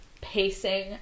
pacing